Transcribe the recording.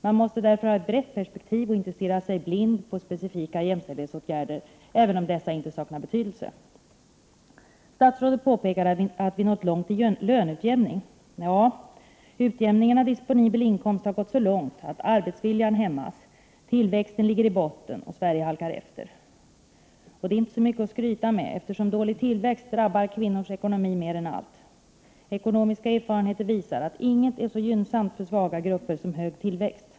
Man måste därför ha ett brett perspektiv och inte stirra sig blind på specifika jämställdhetsåtgärder, även om dessa inte saknar betydelse. Statsrådet påpekade att vi har nått långt i löneutjämning. Ja, utjämningen av disponibel inkomst har gått så långt att arbetsviljan hämmas, tillväxten ligger i botten och Sverige halkar efter. Det är inte så mycket att skryta med, eftersom dålig tillväxt drabbar kvinnors ekonomi mer än allt annat. Ekonomisk erfarenhet visar att inget är så gynnsamt för svaga grupper som hög tillväxt.